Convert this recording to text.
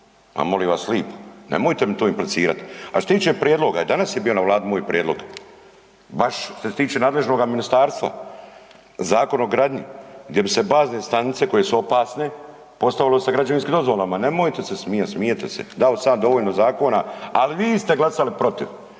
A molim vas lipo, nemojte mi to implicirati. A što se tiče prijedloga, danas je bio na Vladi moj prijedlog, baš što se tiče nadležnoga ministarstva. Zakon o gradnji gdje bi se bazne stanice koje su opasne, postavile se građevinskim dozvolama, nemojte se smijati, smijete se. Dao sam ja dovoljno zakona, ali vi ste glasali protiv.